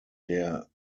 der